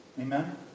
Amen